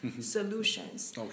solutions